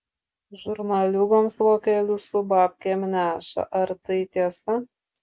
žurnaliūgoms vokelius su babkėm neša ar tai tiesa